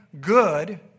good